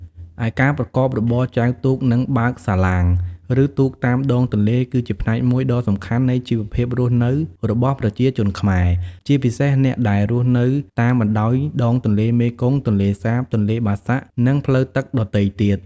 ឯការប្រកបរបរ ចែវទូក និង បើកសាឡាង ឬទូកតាមដងទន្លេ គឺជាផ្នែកមួយដ៏សំខាន់នៃជីវភាពរស់នៅរបស់ប្រជាជនខ្មែរ ជាពិសេសអ្នកដែលរស់នៅតាមបណ្ដោយដងទន្លេមេគង្គ ទន្លេសាប ទន្លេបាសាក់ និងផ្លូវទឹកដទៃទៀត។